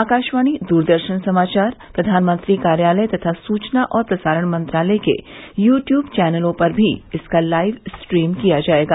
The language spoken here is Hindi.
आकाशवाणी दूरदर्शन समाचार प्रधानमंत्री कार्यालय तथा सूचना और प्रसारण मंत्रालय के यू ट्यूब चैनलों पर भी इसका लाइव स्ट्रीम किया जाएगा